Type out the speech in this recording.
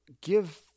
give